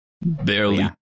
Barely